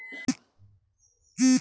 ನನ್ನ ಜೇರೊ ಅಕೌಂಟಿನ ಸಂಖ್ಯೆ ಹೇಳ್ರಿ?